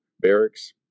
barracks